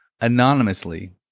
anonymously